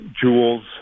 jewels